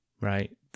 right